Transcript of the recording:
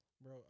Bro